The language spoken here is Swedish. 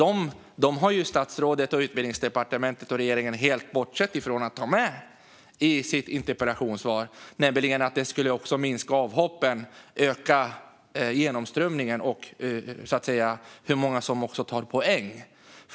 Dem har statsrådet, Utbildningsdepartementet och regeringen helt bortsett från att ta med i sitt interpellationssvar. Det skulle nämligen också minska avhoppen och öka genomströmningen och hur många som tar poäng.